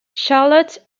charlotte